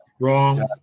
Wrong